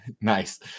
Nice